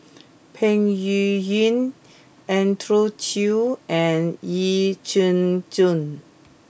Peng Yuyun Andrew Chew and Yee Jenn Jong